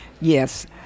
Yes